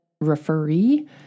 referee